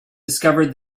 discovered